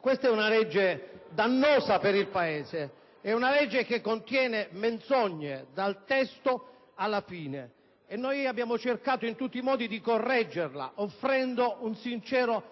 Questa è una legge dannosa per il Paese. È una legge che contiene menzogne dall'inizio alla fine. Noi abbiamo cercato in tutti i modi di correggerla, offrendo un sincero